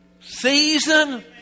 season